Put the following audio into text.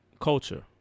culture